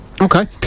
okay